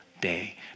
day